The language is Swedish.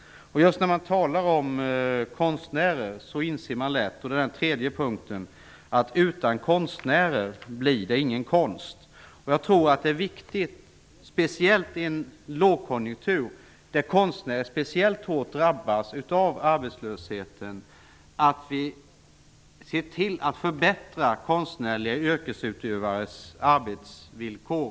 Man inser lätt att utan konstnärer blir det ingen konst. I en lågkonjunktur drabbas konstnärer speciellt hårt av arbetslösheten, och det är därför viktigt att vi ser till att förbättra konstnärliga yrkesutövares arbetsvillkor.